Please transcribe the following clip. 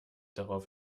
darauf